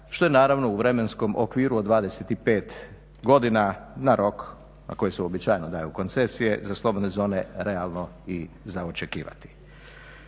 što je naravno u vremenskom okviru od 25 godina na rok na koji se uobičajeno daju koncesije za slobodne zone realno i za očekivati.